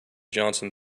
johnson